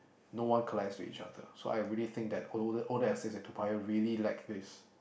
no one collides with each other so I really think that older older estates like Toa-Payoh really lack this